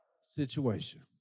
situation